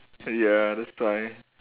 ya that's why